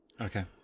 Okay